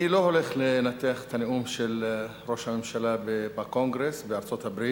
אני לא הולך לנתח את הנאום של ראש הממשלה בקונגרס בארצות-הברית